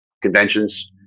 conventions